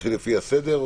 נתחיל לפי הסדר.